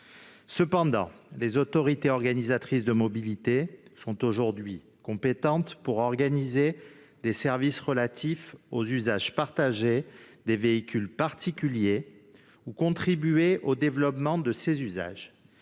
matière. Les autorités organisatrices de la mobilité sont aujourd'hui compétentes pour organiser des services relatifs aux usages partagés des véhicules particuliers ou contribuer au développement de ces usages.